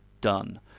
done